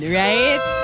right